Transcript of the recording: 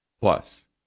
Plus